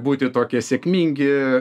būti tokie sėkmingi